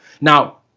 Now